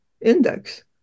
index